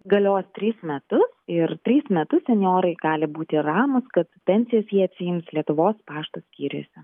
galios tris metus ir tris metus senjorai gali būti ramūs kad pensijas jie atsiims lietuvos pašto skyriuose